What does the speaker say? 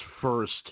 first